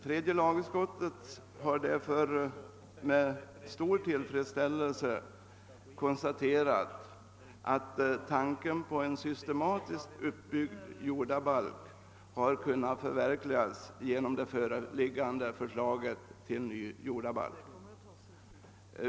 Tredje lagutskottet har därför med stor tillfredsställelse konstaterat att tanken på en systematiskt uppbyggd jordabalk har kunnat förverkligas genom det föreliggande förslaget.